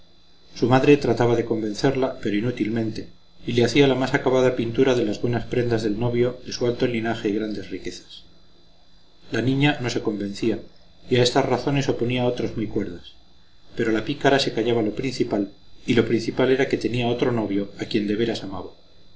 su madre trataba de convencerla pero inútilmente y le hacía la más acabada pintura de las buenas prendas del novio de su alto linaje y grandes riquezas la niña no se convencía y a estas razones oponía otras muy cuerdas pero la pícara se callaba lo principal y lo principal era que tenía otro novio a quien de veras amaba